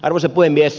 arvoisa puhemies